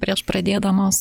prieš pradėdamos